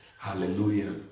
Hallelujah